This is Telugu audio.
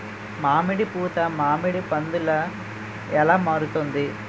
మామిడి పూత మామిడి పందుల ఎలా మారుతుంది?